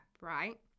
right